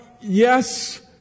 yes